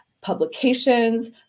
publications